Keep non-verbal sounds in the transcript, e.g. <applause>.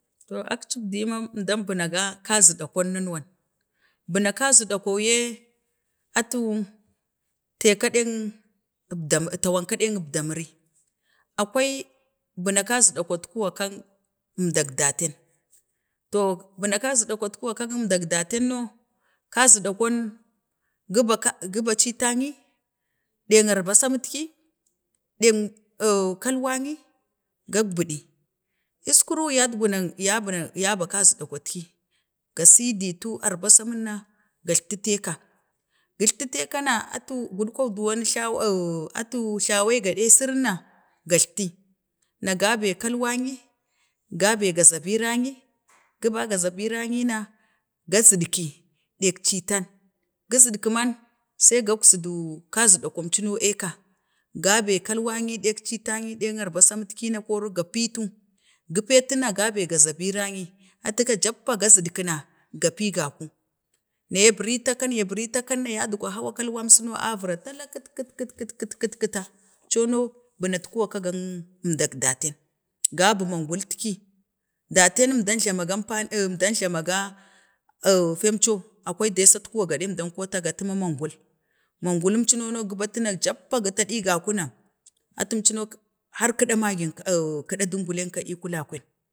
To akcip diyu ma omdan buna ga kari ɗakon na nawaz Buna kaziɗa kon, yee, atu teka ɗeng obda min, tawan ka ɗeng abda miri, akwai, bunak baziɗa kont kuwa kang əmdak dateen, to bunak keriɗakon, hungo kah əmdak daten no, kaziɗakoh, gaba, ka gaba citannyi ɗeng albasanetki ɗeng kalwa nuyi gagbiɗi, əskuru, yak buɗek, ya bunak, yabak kazidakotki, ga siditu arbasan, nin na gagttete ka, gajttatetu gudkon dowan glawa, ata atu glawai gaɗe sirin na gapati, na gabee, kalwan nyee gabee, gazabirangnyi, guba garabiranyi na ga zidki, dek citan gizidki man sai gagzuduu, kazi ɗakwam cuno ii veka, gabee, kalwang nyi ɗek citeng nyi deng arbasanitki na, kori ga pitu, gi petu na ga bee, gazabirangayi, atu ka jappa ga zigki na, ga pi gaku, na ya biritu akan ya biritu akang na yatgwat hawan kalwa su no a viva talda kit kit, kit kite, əmco no bunak ka gang əmdak dateen, gabu mangulutki dateen əmdan glamagan fani əmdan əlama ga feen coo akwai, desatkwa gaɗi əmɗan ko ta gatu maa mangul, mangulum cuno no gu batu, na jappa gi tachi ga kuna atum cuno, har kəɗan magen, <hesitation> kəɗan dungulen ka ii kwaken